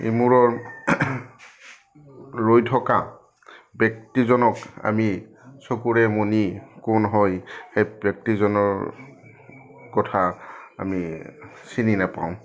ইমূৰৰ ৰৈ থকা ব্যক্তিজনক আমি চকুৰে মনি কোন হয় সেই ব্যক্তিজনৰ কথা আমি চিনি নেপাওঁ